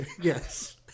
yes